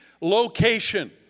location